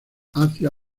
hacia